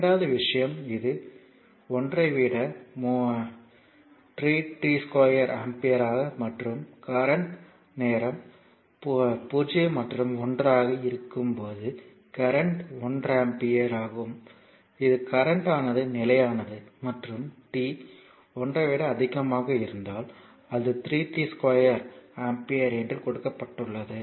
இரண்டாவது விஷயம் இது 1 ஐ விட 3t2 ஆம்பியர் ஆக மற்றும் கரண்ட் நேரம் 0 மற்றும் 1 ஆக இருக்கும் போது கரண்ட் 1 ஆம்பியர் ஆகும் இது கரண்ட் ஆனது நிலையானது மற்றும் t 1 ஐ விட அதிகமாக இருந்தால் அது 3 t2 ஆம்பியர் என்று கொடுக்கப்பட்டுள்ளது